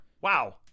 Wow